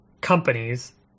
companies